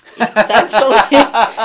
essentially